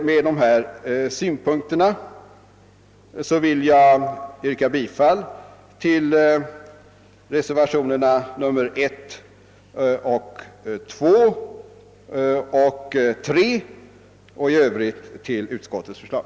Med dessa ord ber jag att få yrka bifall till reservationerna, 1, 2 och 3. I övrigt yrkar jag bifall till utskottets förslag.